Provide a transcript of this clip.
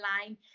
line